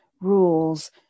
rules